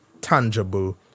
tangible